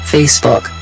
Facebook